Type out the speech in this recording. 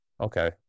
okay